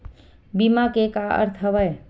बीमा के का अर्थ हवय?